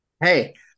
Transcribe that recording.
hey